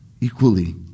equally